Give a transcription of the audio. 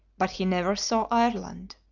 but he never saw ireland.